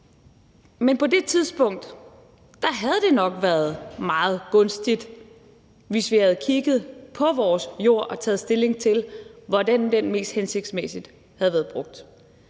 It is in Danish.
Men på det tidspunkt havde det nok været meget gunstigt, hvis vi havde kigget på vores jord og taget stilling til, hvordan den mest hensigtsmæssigt havde været brugt.